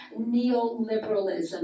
neoliberalism